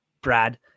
Brad